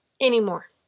anymore